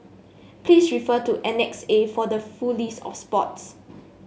please refer to Annex A for the full list of sports